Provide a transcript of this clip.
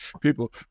people